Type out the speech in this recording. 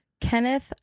Kenneth